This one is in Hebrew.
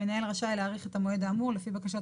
המנהל רשאי להאריך את המועד האמור לפי בקשת